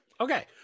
Okay